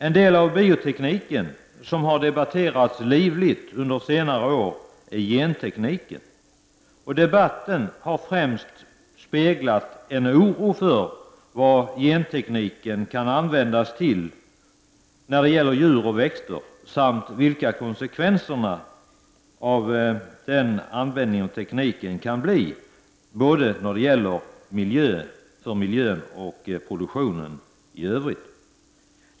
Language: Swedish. En del av biotekniken som har debatterats livligt under senare år är gentekniken, och debatten har främst speglat en oro för vad gentekniken kan användas till när det gäller djur och växter samt vilka konsekvenserna av den användningen av tekniken kan bli både för miljön och för produktionen.